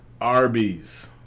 Arby's